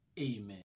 amen